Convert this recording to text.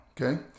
Okay